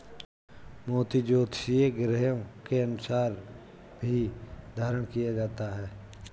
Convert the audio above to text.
मोती ज्योतिषीय ग्रहों के अनुसार भी धारण किया जाता है